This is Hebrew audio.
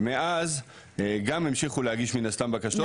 ומאז גם המשיכו להגיש מן הסתם בקשות,